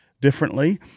differently